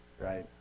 right